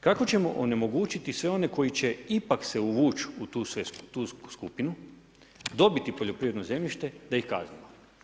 Kako ćemo onemogućiti sve one koji će ipak se uvući u tu skupinu, dobiti poljoprivredno zemljište da ih kaznimo.